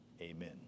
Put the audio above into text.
Amen